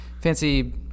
fancy